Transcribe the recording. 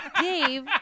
Dave